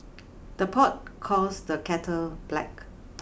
the pot calls the kettle black